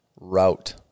route